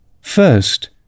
First